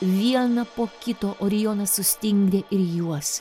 vieną po kito orijonas sustingdė ir juos